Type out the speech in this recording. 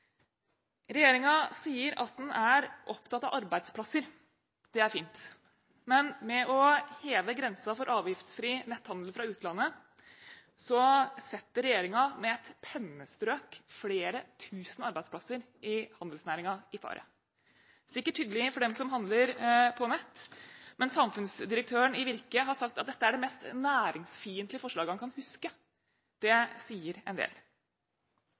sier at den er opptatt av arbeidsplasser. Det er fint, men ved å heve grensen for avgiftsfri netthandel fra utlandet setter regjeringen med et pennestrøk flere tusen arbeidsplasser i handelsnæringen i fare. Det er sikkert hyggelig for dem som handler på nett, men samfunnsdirektøren i Virke har sagt at dette er det mest næringsfiendtlige forslaget han kan huske. Det sier en del.